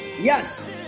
Yes